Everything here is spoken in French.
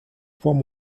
poids